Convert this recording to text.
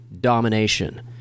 domination